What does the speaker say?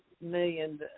million